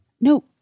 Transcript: No